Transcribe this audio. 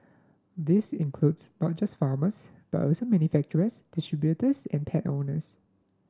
this includes not just farmers but also manufacturers distributors and pet owners